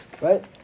right